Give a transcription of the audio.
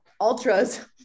ultras